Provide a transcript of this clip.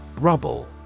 Rubble